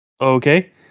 Okay